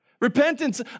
Repentance